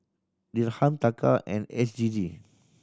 Dirham Taka and S G D